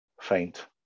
faint